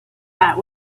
that